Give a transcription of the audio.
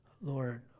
Lord